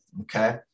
okay